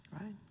right